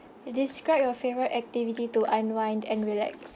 describe your favourite activity to unwind and relax